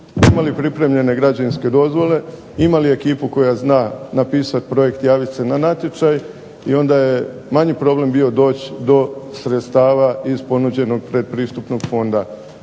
imali pripremljene građevinske dozvole, imali ekipu koja zna napisati projekt, javiti se na natječaj i onda je manji problem bio doći do sredstava iz ponuđenog pretpristupnog fonda.